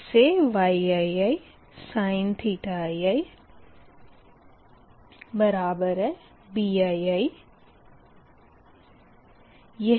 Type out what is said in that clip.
इस से Yiisin ii Bii मानेंगे